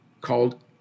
called